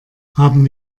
haben